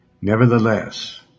Nevertheless